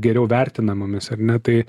geriau vertinamomis ar ne tai